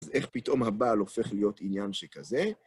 אז איך פתאום הבעל הופך להיות עניין שכזה?